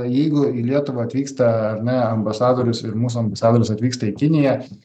jeigu į lietuvą atvyksta ar ne ambasadorius ir mūsų ambasadorius atvyksta į kiniją